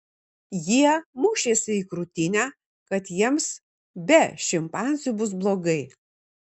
jie mušėsi į krūtinę kad jiems be šimpanzių bus blogai